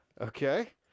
Okay